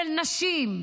של נשים,